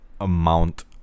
amount